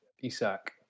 Isak